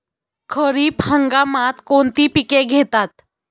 खरीप हंगामात कोणती पिके घेतात?